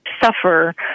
suffer